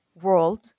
world